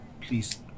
Please